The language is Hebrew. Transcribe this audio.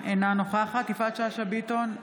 אינה נוכחת יפעת שאשא ביטון,